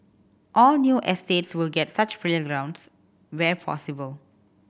all new estates will get such playgrounds where possible